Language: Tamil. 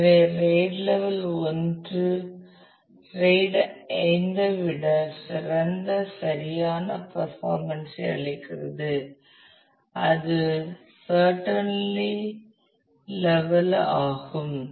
எனவே RAID லெவல் 1 RAID 5 ஐ விட சிறந்த சரியான பர்ஃபாமென்ஸ் ஐ அளிக்கிறது அது சர்ட்டன்லி லெவல் ஆகும்